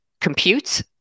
compute